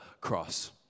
cross